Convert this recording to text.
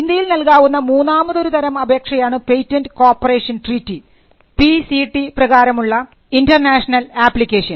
ഇന്ത്യയിൽ നൽകാവുന്ന മൂന്നാമതൊരു തരം അപേക്ഷയാണ് പേറ്റന്റ് കോർപ്പറേഷൻ ട്രീറ്റി പ്രകാരം ഉള്ള P C T international application